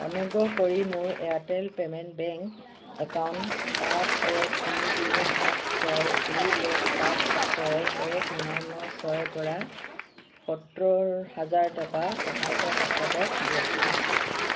অনুগ্ৰহ কৰি মোৰ এয়াৰটেল পে'মেণ্ট বেংক একাউণ্ট পাঁচ এক তিনি তিনি সাত ছয় দুই এক পাঁচ ছয় এক ন ন ছয়ৰ পৰা সত্তৰ হাজাৰ টকা প্ৰশান্ত পাঠকক দিয়ক